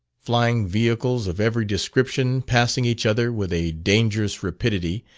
flying vehicles of every description passing each other with a dangerous rapidity,